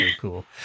cool